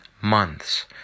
months